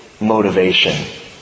motivation